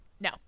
No